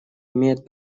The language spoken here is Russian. имеет